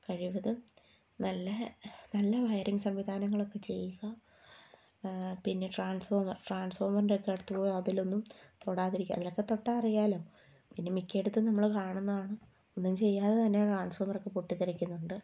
കഴിവതും നല്ല നല്ല വയറിയിങ് സംവിധാനങ്ങളൊക്കെ ചെയ്യുക പിന്നെ ട്രാൻസ്ഫോർമർ ട്രാൻസ്ഫോർമറിൻ്റെ ഒക്കെ അടുത്ത് പോയി അതിലൊന്നും തൊടാതിരിക്കുക അതിലൊക്കെ തൊട്ടാൽ അറിയാലോ പിന്നെ മിക്കയെടത്തും നമ്മൾ കാണുന്നതാണ് ഒന്നും ചെയ്യാതെ തന്നെ ട്രാൻസ്ഫോമർ ഒക്കെ പൊട്ടി തെറിക്കുന്നുണ്ട്